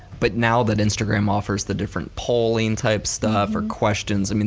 but now that instagram offers the different polling type stuff or questions, i mean